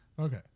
okay